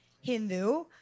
Hindu